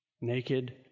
Naked